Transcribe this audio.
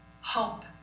Hope